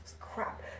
crap